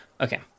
Okay